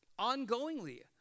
Ongoingly